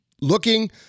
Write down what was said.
looking